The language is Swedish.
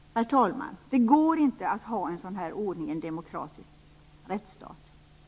Herr talman! Det går inte att ha en sådan här ordning i en demokratisk rättsstat.